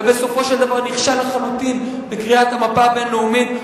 ובסופו של דבר נכשל לחלוטין בקריאת המפה הבין-לאומית,